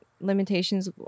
limitations